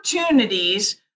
opportunities